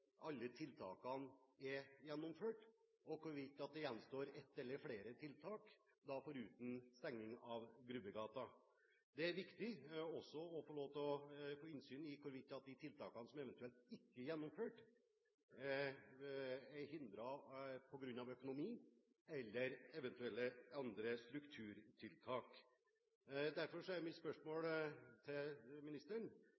det gjenstår et eller flere tiltak, foruten stenging av Grubbegata. Det er også viktig å få innsyn i hvorvidt de tiltakene som eventuelt ikke er gjennomført, er hindret av økonomi eller eventuelle andre strukturtiltak. Derfor er mitt